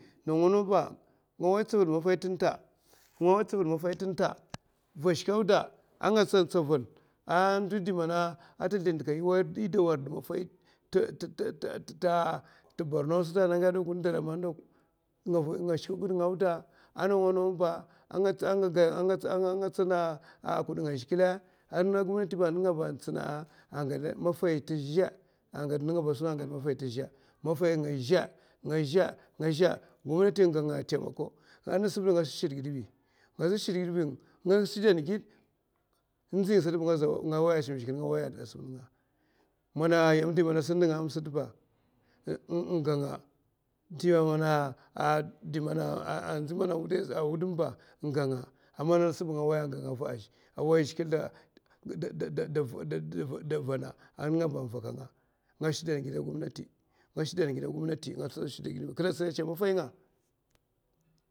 Nawa nawa nga way tsavul maffay yèn ta, nga way tsavul maffay tènta, vashika auda anga tsan tsavul, ata zlin dika a ndohi yè maffay tè borno sata ana gad, ndara man nga tsuko gid nga auda anga tsan kudnga a zhigilè. a gomnati ba a tsuna agad maffay tazhè a nènga ba a sun, a gomnati aga nga taimako. gomnati n'ga nga taimako. ngasa bèka ngaza shidan gid, nga shidè gid bèka, n'dzi nga sata nga waya asum zhigilè, n'ganga tèn ndzi man a wuday sa, n'ga nga, zhigilè ba davana, a nènga ba avanga ngashidan gida a gomnati kinè tsina kèdè a maffay nga